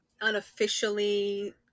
unofficially